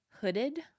hooded